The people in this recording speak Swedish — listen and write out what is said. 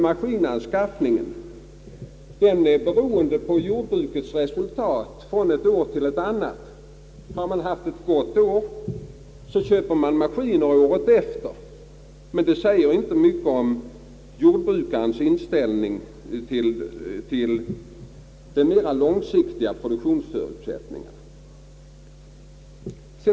Maskinanskaffningen är på samma sätt beroende av jordbrukets resultat från ett år till ett annat — har man haft ett gott år köper man maskiner året därefter, men det säger inte mycket om jordbrukarens inställning till de mera långsiktiga produktionsförutsättningarna.